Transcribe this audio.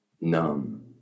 numb